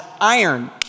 iron